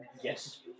Yes